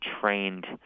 trained